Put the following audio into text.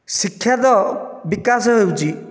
ଶିକ୍ଷାର ବିକାଶ ହେଉଛି